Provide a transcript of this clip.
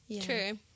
True